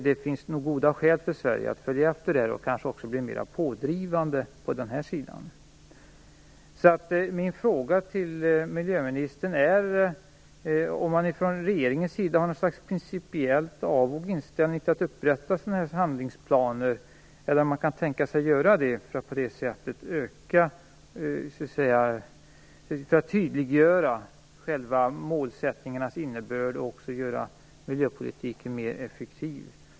Det finns nog goda skäl för Sverige att följa efter och kanske också bli mer pådrivande. Min fråga till miljöministern är om man från regeringens sida har något slags principiellt avog inställning till att upprätta handlingsplaner eller om man kan tänka sig att göra det för att tydliggöra målsättningarnas innebörd och också göra miljöpolitiken mer effektiv.